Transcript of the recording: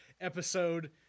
episode